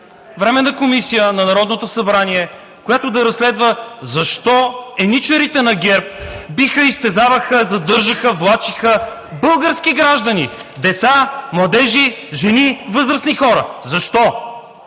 временна комисия на Народното събрание, която да разследва защо еничарите на ГЕРБ биха, изтезаваха, задържаха, влачиха български граждани – деца, младежи, жени, възрастни хора. Защо?